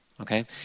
Okay